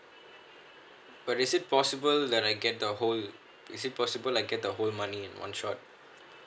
but is it possible that I get the whole is it possible like I get the whole money in one shot